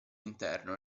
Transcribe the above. interno